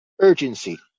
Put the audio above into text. urgency